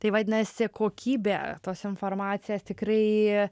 tai vadinasi kokybė tos informacijos tikrai